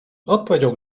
odpowiedział